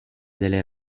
delle